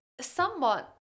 somewhat